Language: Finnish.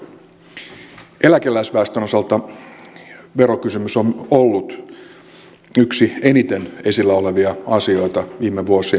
eläkeläisväestön osalta verokysymys on ollut yksi eniten esillä olevia asioita viime vuosien aikana